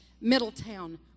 Middletown